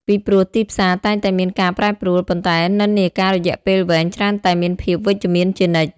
ពីព្រោះ ទីផ្សារតែងតែមានការប្រែប្រួល ប៉ុន្តែនិន្នាការរយៈពេលវែងច្រើនតែមានភាពវិជ្ជមានជានិច្ច។